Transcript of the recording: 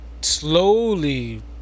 slowly